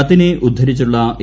കത്തിനെ ഉദ്ധരിച്ചുള്ള എ